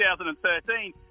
2013